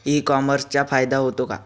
E कॉमर्सचा फायदा होतो का?